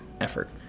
effort